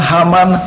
Haman